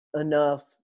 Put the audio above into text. enough